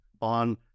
on